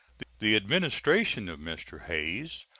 the administration of mr. hayes,